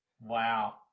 wow